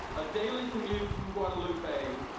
a daily commute from guadalupe,